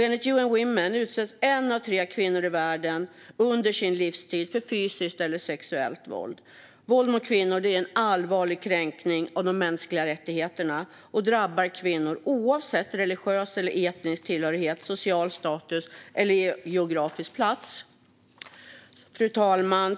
Enligt UN Women utsätts en av tre kvinnor i världen under sin livstid för fysiskt eller sexuellt våld. Våld mot kvinnor är en allvarlig kränkning av de mänskliga rättigheterna och drabbar kvinnor oavsett religiös eller etnisk tillhörighet, social status eller geografisk plats. Fru talman!